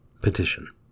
Petition